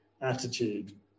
attitude